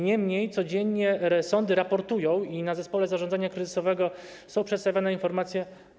Niemniej codziennie sądy raportują i na posiedzeniach zespołu zarządzania kryzysowego są przedstawiane informacje.